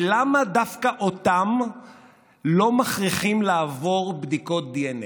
ולמה דווקא אותם לא מכריחים לעבור בדיקות דנ"א?